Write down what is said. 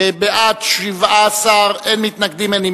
נתקבל.